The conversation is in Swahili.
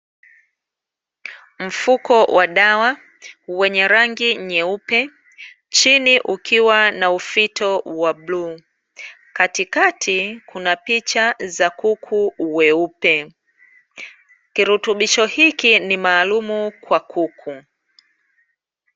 Mfuko wa dawa wenye rangi nyeupe, chini ukiwa na ufito wa bluu, katikati kuna picha za kuku weupe. Kirutubisho hiki ni maalumu kwa kuku.